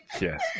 yes